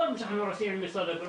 כל מה שאנחנו לא עושים עם משרד הבריאות,